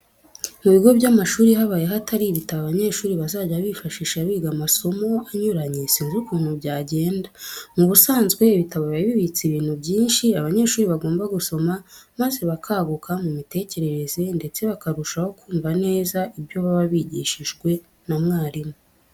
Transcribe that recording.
Mu bigo by'amashuri habaye hatari ibitabo abanyeshuri bazajya bifashisha biga amasomo anyuranye sinzi ukuntu byagenda. Mu busanzwe ibitabo biba bibitse ibintu byinshi abanyeshuri bagomba gusoma maze bakaguka mu mitekerereze ndetse bakarushaho kumva neza ibyo baba bigishijwe na mwarimu.